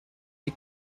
die